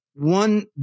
One